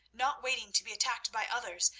not waiting to be attacked by others,